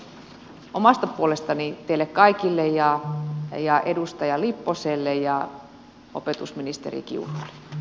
kiitos omasta puolestani teille kaikille ja edustaja lipposelle ja opetusministeri kiurulle